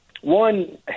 One